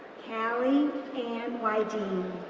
calli ann wydeen,